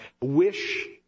wish